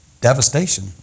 devastation